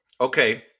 Okay